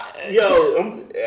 Yo